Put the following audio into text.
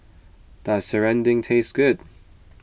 does Serunding taste good